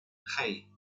hej